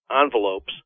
envelopes